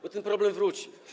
Bo ten problem wróci.